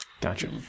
Gotcha